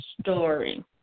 story